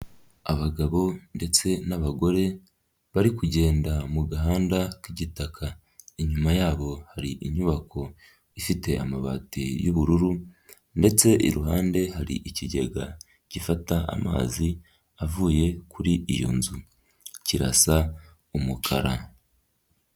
Abagabo ndetse n'abagore, bari kugenda mu gahanda k'igitaka, inyuma yabo hari inyubako ifite amabati y'ubururu ndetse iruhande hari ikigega gifata amazi avuye kuri iyo nzu. kirasa umukara.